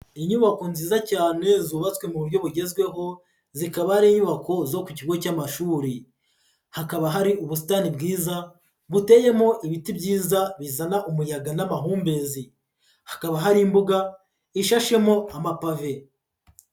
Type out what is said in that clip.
Inyubako nziza cyane zubatswe mu buryo bugezweho, zikaba ari inyubako zo ku kigo cy'amashuri; hakaba hari ubusitani bwiza buteyemo ibiti byiza bizana umuyaga n'amahumbezi, hakaba hari imbuga ishashemo amapave.